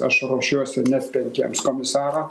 aš ruošiuosi nes penkiems komisaro